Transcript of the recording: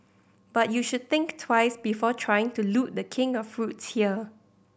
but you should think twice before trying to loot The King of fruits here